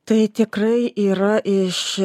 tai tik tai yra iš